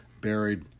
buried